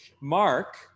Mark